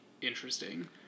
interesting